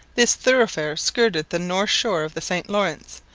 this thoroughfare skirted the north shore of the st lawrence,